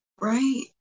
right